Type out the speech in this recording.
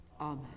Amen